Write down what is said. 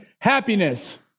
happiness